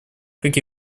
как